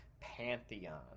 pantheon